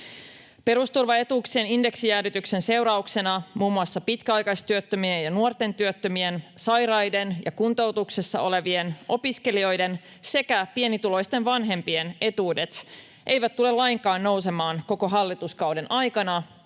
Perusturvaetuuksien indeksijäädytyksen seurauksena muun muassa pitkäaikaistyöttömien ja nuorten työttömien, sairaiden ja kuntoutuksessa olevien, opiskelijoiden sekä pienituloisten vanhempien etuudet eivät tule lainkaan nousemaan koko hallituskauden aikana